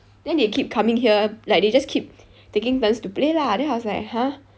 then they keep coming here like they just keep taking turns to play lah then I was like !huh!